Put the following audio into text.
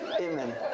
Amen